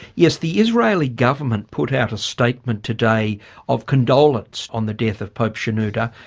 yes the israeli government put out a statement today of condolence on the death of pope shenouda.